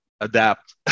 adapt